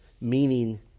meaning